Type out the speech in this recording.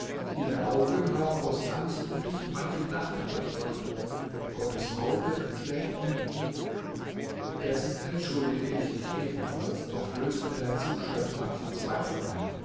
ihre augen haben aus angst um dich manche nacht durchwacht und gottes auge schläft nie indessen entschuldige ich dich ebenfalls doch flößt mir dein zustand manchen zweifel ein